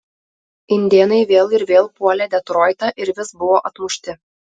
indėnai vėl ir vėl puolė detroitą ir vis buvo atmušti